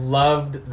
loved